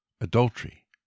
adultery